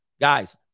Guys